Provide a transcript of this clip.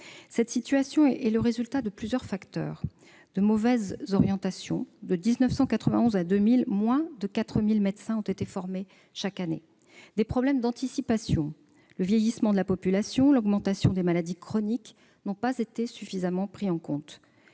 Cette situation est le résultat de plusieurs facteurs. Elle procède de mauvaises orientations- de 1991 à 2000, moins de 4 000 médecins ont été formés chaque année -et de problèmes d'anticipation : le vieillissement de la population et l'augmentation des maladies chroniques n'ont pas été suffisamment pris en compte,